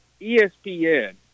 ESPN